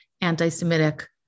anti-Semitic